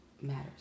matters